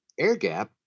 AirGap